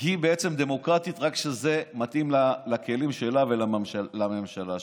היא בעצם דמוקרטית רק כשזה מתאים לכלים שלה ולממשלה שלה.